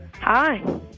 Hi